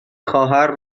خواهر